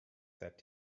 that